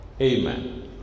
Amen